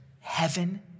heaven